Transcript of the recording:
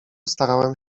starałem